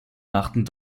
machten